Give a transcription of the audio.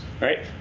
right